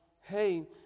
hey